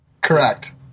Correct